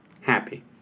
happy